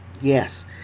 Yes